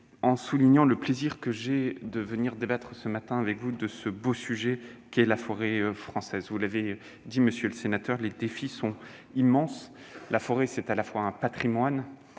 en soulignant le plaisir que j'éprouve à venir débattre ce matin avec vous de ce beau sujet qu'est la forêt française. Vous l'avez dit, monsieur le sénateur Franck Menonville, les défis sont immenses ; la forêt est à la fois un patrimoine